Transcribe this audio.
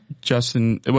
Justin –